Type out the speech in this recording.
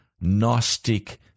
Gnostic